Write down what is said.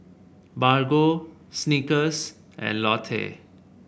Bargo Snickers and Lotte